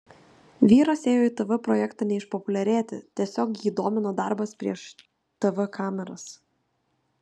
vyras ėjo į tv projektą ne išpopuliarėti tiesiog jį domino darbas prieš tv kameras